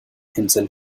himself